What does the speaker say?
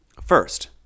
First